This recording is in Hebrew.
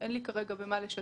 אין לי כרגע במה לשתף